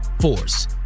Force